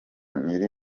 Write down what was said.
nyirizina